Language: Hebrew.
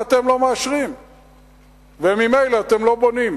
ואתם לא מאשרים וממילא אתם לא בונים.